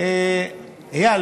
איל,